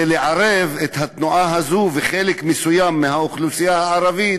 זה לערב את התנועה הזאת וחלק מסוים מהאוכלוסייה הערבית